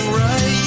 right